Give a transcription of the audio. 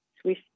Swiss